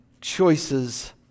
choices